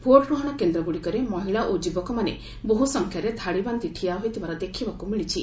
ଭୋଟ୍ଗ୍ରହଣ କେନ୍ଦ୍ରଗୁଡ଼ିକରେ ମହିଳା ଓ ଯୁବକମାନେ ବହ୍ର ସଂଖ୍ୟାରେ ଧାଡ଼ିବାନ୍ଧି ଠିଆହୋଇଥିବାର ଦେଖିବାକୁ ମିଳିଛି